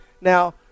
Now